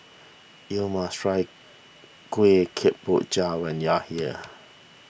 you must try Kuih Kemboja when you are here